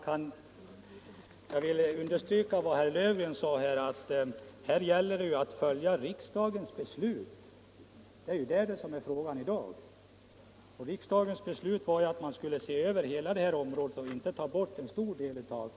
Jag vill understryka vad herr Löfgren sade, nämligen att det här gäller att följa riksdagens beslut. Det är vad det är fråga om i dag. Riksdagens beslut var att hela detta område, och inte bara en del av det, skulle ses över.